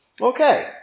Okay